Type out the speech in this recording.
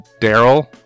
Daryl